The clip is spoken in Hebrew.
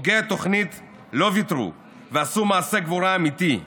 הוגי התוכנית לא ויתרו ועשו מעשה גבורה אמיתי,